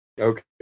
Okay